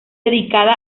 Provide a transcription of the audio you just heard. dedicada